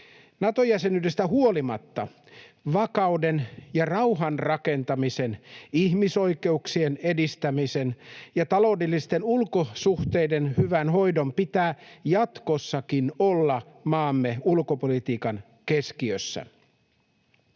Nato-jäsenyydestä huolimatta vakauden ja rauhan rakentamisen, ihmisoikeuksien edistämisen ja taloudellisten ulkosuhteiden hyvän hoidon pitää jatkossakin olla maamme ulkopolitiikan keskiössä.